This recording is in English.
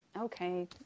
okay